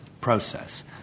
process